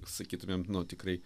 sakytumėm nu tikrai